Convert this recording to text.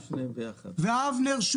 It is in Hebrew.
אבנר,